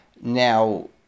Now